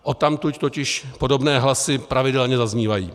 Odtamtud totiž podobné hlasy pravidelně zaznívají.